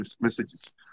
messages